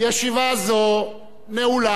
ישיבה זו נעולה.